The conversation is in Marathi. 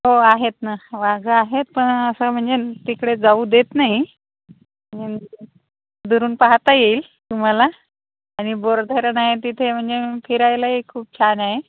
हो आहेत ना वाघ आहेत पण असं म्हणजे तिकडे जाऊ देत नाही पण दुरून पाहता येईल तुम्हाला आणि बोरधरण आहे तिथे म्हणजे फिरायलाही खूप छान आहे